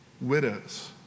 widows